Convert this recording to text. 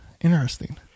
interesting